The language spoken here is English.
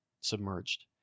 submerged